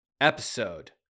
episode